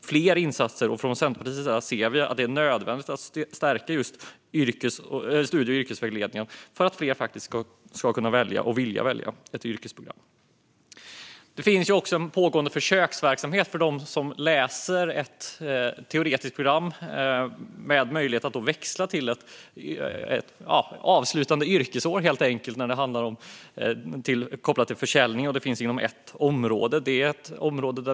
Fler insatser behövs. Centerpartiet tycker att det är nödvändigt att stärka studie och yrkesvägledningen så att fler ska kunna välja och vilja välja ett yrkesprogram. Det pågår en försöksverksamhet för dem som läser ett teoretiskt program att kunna växla till ett avslutande yrkesår inom försäljning. Det finns alltså inom ett område.